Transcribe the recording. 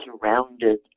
surrounded